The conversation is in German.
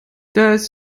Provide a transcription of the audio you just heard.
das